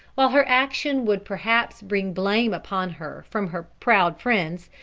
while her action would perhaps bring blame upon her from her proud friends,